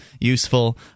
useful